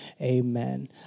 Amen